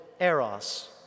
eros